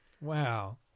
Wow